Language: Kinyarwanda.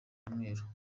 umweru